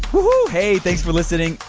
whoo-hoo, hey, thanks for listening.